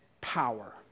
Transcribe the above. power